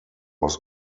was